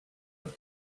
have